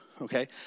okay